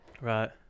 right